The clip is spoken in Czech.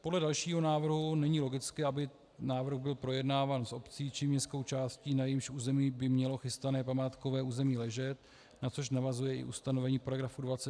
Podle dalšího návrhu není logické, aby návrh byl projednáván s obcí či městskou částí, na jejímž území by mělo chystané památkové území ležet, na což navazuje i ustanovení § 28.